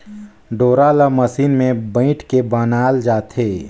डोरा ल मसीन मे बइट के बनाल जाथे